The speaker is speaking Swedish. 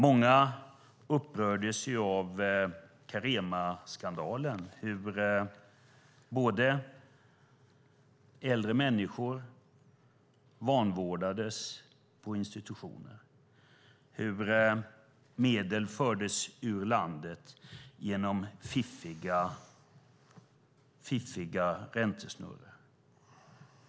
Många upprördes av Caremaskandalen, att äldre människor vanvårdades på institutioner, hur medel fördes ur landet med hjälp av fiffiga räntesnurror.